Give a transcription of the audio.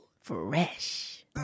Fresh